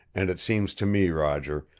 and it seems to me, roger,